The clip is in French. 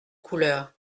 couleur